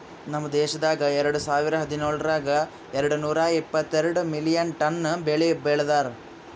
ನಮ್ ದೇಶದಾಗ್ ಎರಡು ಸಾವಿರ ಹದಿನೇಳರೊಳಗ್ ಎರಡು ನೂರಾ ಎಪ್ಪತ್ತೆರಡು ಮಿಲಿಯನ್ ಟನ್ ಬೆಳಿ ಬೆ ಳದಾರ್